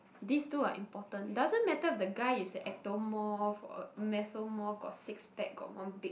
this two are important doesn't matter if the guys is ectomorph or mesomorph got six pack got one big